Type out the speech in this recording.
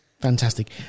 Fantastic